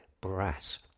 Brass